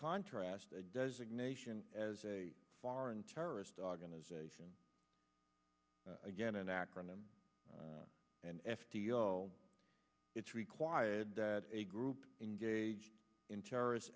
contrast designation as a foreign terrorist organization again an acronym and f t l it's required that a group engage in terrorist